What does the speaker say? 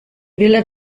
wildert